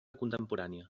contemporània